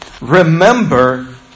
remember